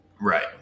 right